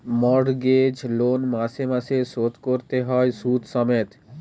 mortgage loan মাসে মাসে শোধ কোরতে হয় শুধ সমেত